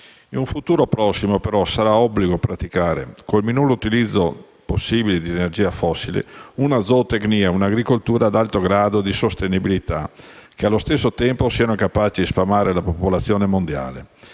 In un futuro prossimo, però, sarà obbligo praticare, con il minor utilizzo possibile di energia fossile, una zootecnia e un'agricoltura ad alto grado di sostenibilità che, allo stesso tempo, siano capaci di sfamare la popolazione mondiale.